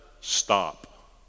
stop